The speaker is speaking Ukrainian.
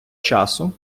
часу